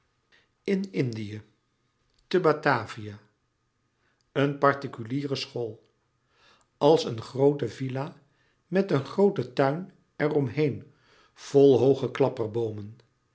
in indië te batavia een particuliere school als een groote villa met een grooten tuin er om heen vol hooge klapperboomen